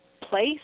place